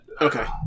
Okay